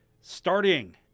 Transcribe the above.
starting